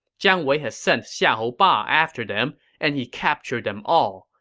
jiang wei had sent xiahou ba after them, and he captured them all.